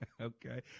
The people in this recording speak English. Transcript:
okay